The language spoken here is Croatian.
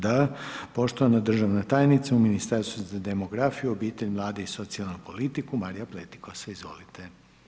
Da, poštovana državna tajnicu u Ministarstvu za demografiju, obitelj, mlade i socijalnu politiku Marija Pletikosa, izvolite.